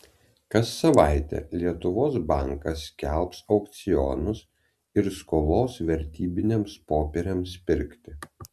kas savaitę lietuvos bankas skelbs aukcionus ir skolos vertybiniams popieriams pirkti